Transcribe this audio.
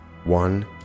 One